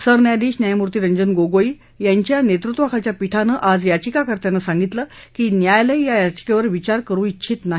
सरन्यायाधीश न्यायमूर्ती रंजन गोगोई यांच्या नेतृत्वाखालच्या पीठानं आज याविकाकर्त्यांना सांगितलं की न्यायालय या याचिकेवर विचार करु इच्छित नाही